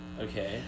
Okay